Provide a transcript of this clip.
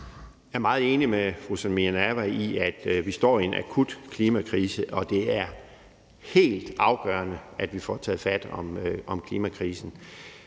Jeg er meget enig med fru Samira Nawa i, at vi står i en akut klimakrise, og at det er helt afgørende, at vi får taget fat om klimakrisen.